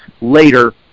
later